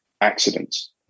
accidents